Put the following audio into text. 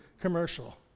commercial